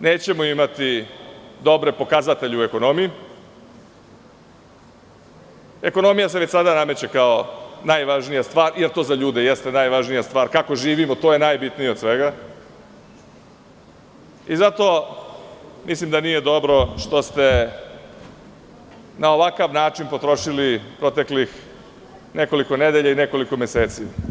nećemo imati dobre pokazatelje u ekonomiji, jer se ekonomija već sada nameće kao najvažnija stvar, jer to za ljude jeste najvažnija stvar, kako živimo, to je najbitnije od svega, i zato mislim da nije dobro što ste na ovakav način potrošili nekoliko nedelja i nekoliko meseci.